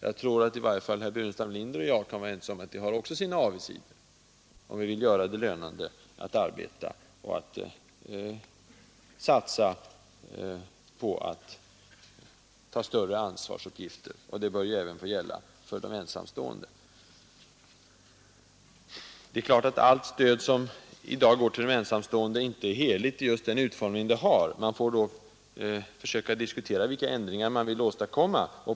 Jag tror att i varje fall herr — :Burenstam Linder och jag kan vara ense om att ett sådant system också Qi åtgärder BIOP har avigsidor om vi vill göra det lönande att arbeta och satsa på att ta diskriminering av ansvar, vilket även bör få gälla de ensamstående. Det är klart att allt stöd som i dag går till ensamstående inte är heligt i just den utformning det nu har. Man får försöka diskutera vilka ändringar man vill åstadkomma.